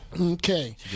Okay